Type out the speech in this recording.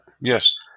Yes